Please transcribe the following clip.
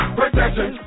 protection